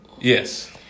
Yes